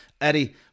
Eddie